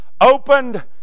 opened